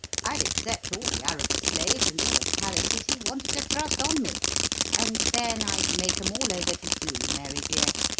i'd accept all the arab slaves and all the palaces he wanted to thrust on me and then i'd make em all over to you, mary dear,